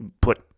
put